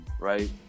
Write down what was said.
Right